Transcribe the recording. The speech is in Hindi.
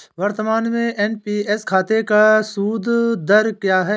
वर्तमान में एन.पी.एस खाते का सूद दर क्या है?